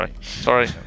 sorry